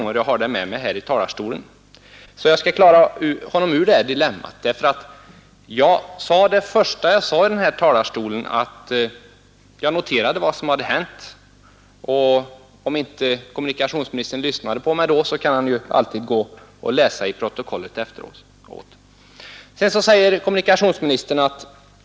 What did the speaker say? Hur mycket då? Jo, 30 000 kronor.